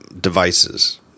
devices